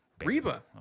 Reba